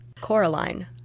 Coraline